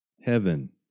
Heaven